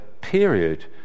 period